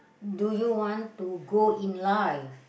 do you want to go in life